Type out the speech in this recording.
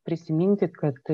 prisiminti kad